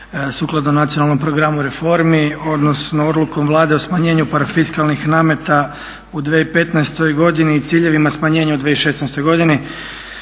sukladno Nacionalnom programu reformi, odnosno odlukom Vlade o smanjenju parafiskalnih nameta u 2015. godini i ciljevima smanjenja u 2016. godini